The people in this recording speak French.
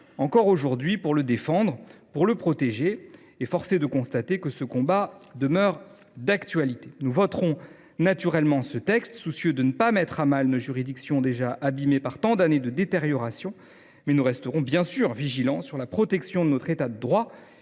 encore et toujours pour le défendre, pour le protéger, et force est de constater que ce combat demeure d’actualité. Nous voterons naturellement ce texte, soucieux de ne pas mettre à mal nos juridictions déjà abîmées par tant d’années de détérioration, mais nous resterons évidemment vigilants sur la protection de notre État de droit,